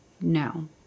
no